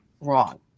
wrong